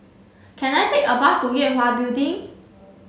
can I take a bus to Yue Hwa Building